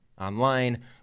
online